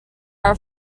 are